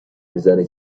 میزنه